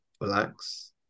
relax